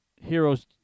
heroes